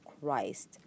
Christ